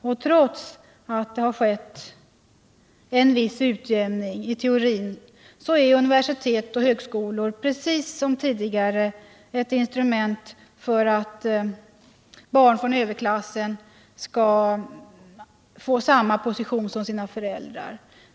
Trots att det i teorin har skett en viss utjämning är universitet och högskolor precis som tidigare ett instrument för att barn från överklassen skall få samma position som sina föräldrar.